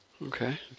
Okay